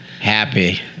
Happy